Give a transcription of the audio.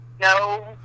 No